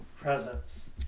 presence